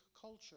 culture